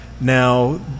Now